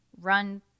run